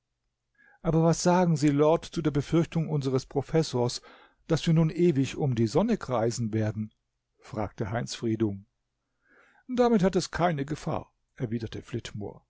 aber was sagen sie lord zu der befürchtung unseres professors daß wir nun ewig um die sonne kreisen werden fragte heinz friedung damit hat es keine gefahr erwiderte